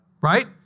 right